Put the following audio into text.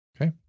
Okay